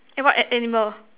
eh what an~ animal